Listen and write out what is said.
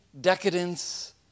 decadence